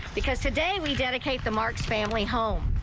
because today we dedicate the marks family home.